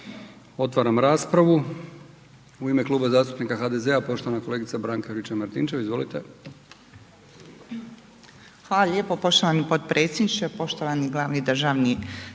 Otvaram raspravu. U ime Kluba zastupnika HDZ-a poštovana kolegica Branka Juričev-Martinčev. Izvolite. **Juričev-Martinčev, Branka (HDZ)** Hvala lijepa poštovani potpredsjedniče, poštovani glavni državni